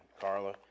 Carla